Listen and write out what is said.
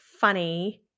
funny –